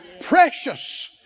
precious